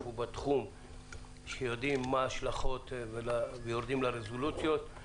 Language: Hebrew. ובתחום שיודעים מה ההשלכות ויורדים לרזולוציות.